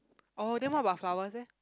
oh then what about flowers leh